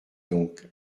donc